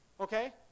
Okay